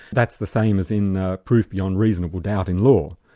that's the same as in ah proof beyond reasonable doubt in law.